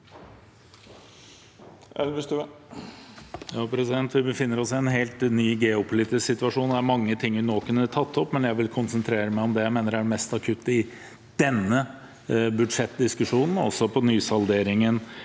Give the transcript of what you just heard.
Vi befinner oss i en helt ny geopolitisk situasjon. Det er mange ting vi kunne tatt opp nå, men jeg vil konsentrere meg om det jeg mener er det mest akutte i denne budsjettdiskusjonen, altså når det